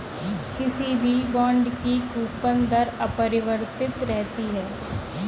किसी भी बॉन्ड की कूपन दर अपरिवर्तित रहती है